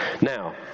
Now